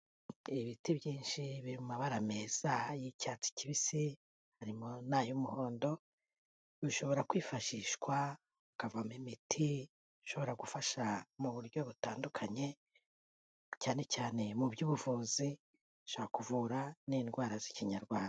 Hateye ibiti byinshi biri mabara meza y'icyatsi kibisi, harimo n'ay'umuhondo, bishobora kwifashishwa hakavamo imiti, ishobora gufasha mu buryo butandukanye cyane cyane mu by'ubuvuzi, bishobora kuvura n'indwara z'ikinyarwanda.